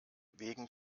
wegen